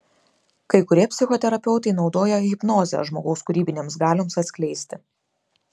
kai kurie psichoterapeutai naudoja hipnozę žmogaus kūrybinėms galioms atskleisti